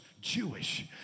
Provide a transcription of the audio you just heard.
Jewish